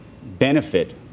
Benefit